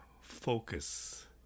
focus